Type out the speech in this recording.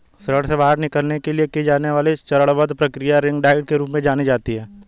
ऋण से बाहर निकलने के लिए की जाने वाली चरणबद्ध प्रक्रिया रिंग डाइट के रूप में जानी जाती है